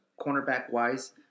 cornerback-wise